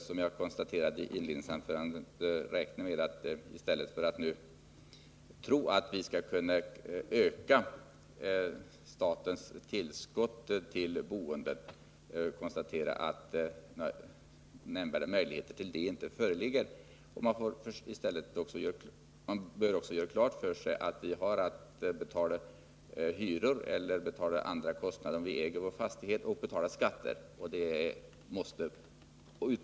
Som jag konstaterade i inledningsanförandet kan vii stället för att tro att vi skall kunna öka statens tillskott till boendet räkna med att några nämnvärda möjligheter till det inte föreligger. Man bör också ha klart för sig att vi har att betala hyror och andra kostnader även om vi äger vår fastighet och att vi måste betala skatter.